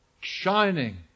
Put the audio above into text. shining